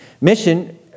Mission